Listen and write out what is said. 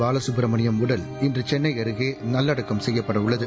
பாலசுப்பிரமணியம் உடல் இன்று சென்னை அருகே நல்லடக்கம் செய்யப்படவுள்ளது